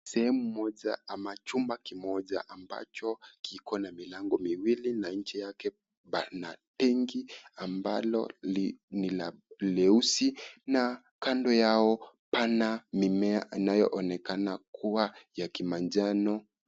Sehemu moja ama chumba kimoja ambacho kiko na milango miwili na nje yake pana tenki ambalo ni la leusi na kando yao pana mimea anayoonekana kuwa ya kimanjano.